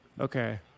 Okay